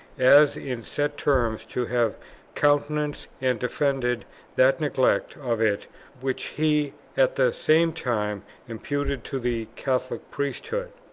as in set terms to have countenanced and defended that neglect of it which he at the same time imputed to the catholic priesthood.